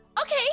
Okay